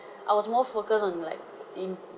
I was more focused on like in